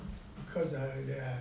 cause ah they are